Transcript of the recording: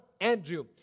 Andrew